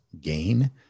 gain